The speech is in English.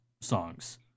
songs